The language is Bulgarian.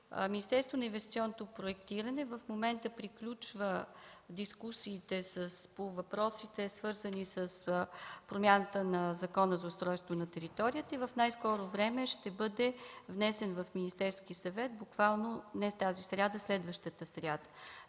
Министерството на инвестиционното проектиране в момента приключва дискусиите по въпросите, свързани с промяната на Закона за устройство на територията, и в най-скоро време ще бъде внесен в Министерския съвет – буквално не тази сряда, следващата сряда.